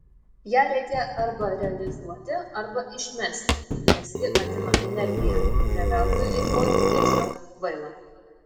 ją reikia arba realizuoti arba išmesti nes ji atima energiją kurią veltui eikvoti tiesiog kvaila